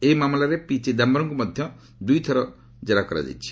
ଏହି ମାମଲାରେ ପି ଚିଦାମ୍ଘରମ୍ଙ୍କୁ ମଧ୍ୟ ଦୁଇ ଥର କେରା କରାଯାଇଛି